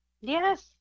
Yes